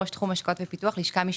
ראש תחום השקעות ופיתוח מהלשכה המשפטית,